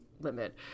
limit